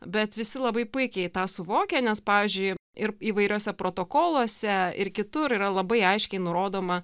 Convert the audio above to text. bet visi labai puikiai tą suvokia nes pavyzdžiui ir įvairiuose protokoluose ir kitur yra labai aiškiai nurodoma